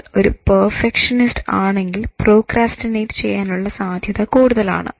നിങ്ങൾ ഒരു പെർഫെക്ഷനിസ്റ്റ് ആണെങ്കിൽ പ്രോക്രാസ്റ്റിനേറ്റ് ചെയ്യാനുള്ള സാധ്യത കൂടുതലാണ്